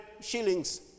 shillings